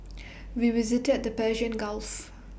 we visited the Persian Gulfs